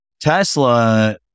Tesla